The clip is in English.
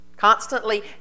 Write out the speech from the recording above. Constantly